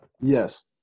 Yes